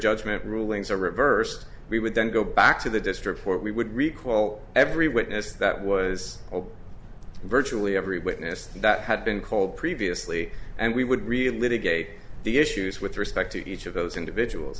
judgment rulings are reversed we would then go back to the district court we would recall every witness that was virtually every witness that had been called previously and we would really litigate the issues with respect to each of those individuals